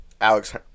Alex